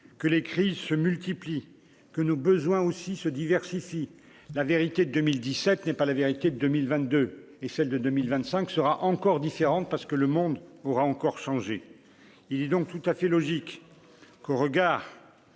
que les crises se multiplient, que nos besoins aussi se diversifie la vérité 2017 n'est pas la vérité 2022, et celle de 2025 sera encore différente parce que le monde pourra encore changer, il est donc tout à fait logique qu'au regard